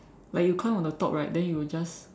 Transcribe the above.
like you climb on the top right then you will just